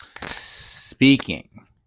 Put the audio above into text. Speaking